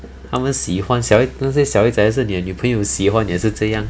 他们喜欢小孩子那些小孩子还是你的女朋友 hor 喜欢也是这样